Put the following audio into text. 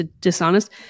dishonest